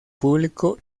público